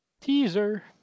Teaser